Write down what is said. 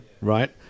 right